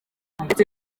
ndetse